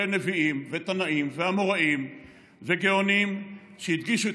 נביאים ותנאים ואמוראים וגאונים הדגישו את